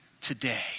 today